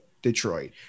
Detroit